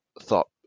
thought